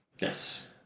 yes